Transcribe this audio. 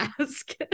ask